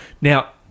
Now